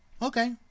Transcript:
Okay